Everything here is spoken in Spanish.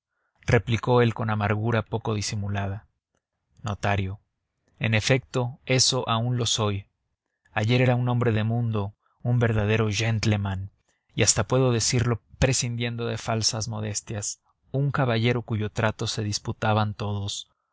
replicó él con amargura poco disimulada notario en efecto eso aun lo soy ayer era un hombre de mundo un verdadero gentleman y hasta puedo decirlo prescindiendo de falsas modestias un caballero cuyo trato se disputaban todos